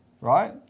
right